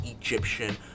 Egyptian